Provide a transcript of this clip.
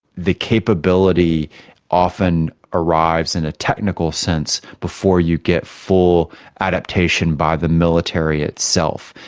the capability often arrives in a technical sense before you get full adaptation by the military itself.